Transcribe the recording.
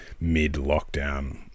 mid-lockdown